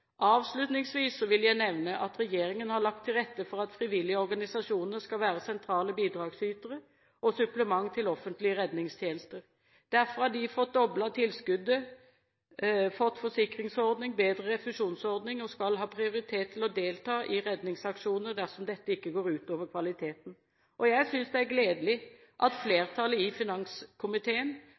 Avslutningsvis vil jeg nevne at regjeringen har lagt til rette for at frivillige organisasjoner skal være sentrale bidragsytere og supplement til offentlige redningstjenester. Derfor har de fått doblet tilskuddet, fått forsikringsordning, bedre refusjonsordning og skal ha prioritet til å delta i redningsaksjoner dersom dette ikke går ut over kvaliteten. Jeg synes det er gledelig at flertallet i finanskomiteen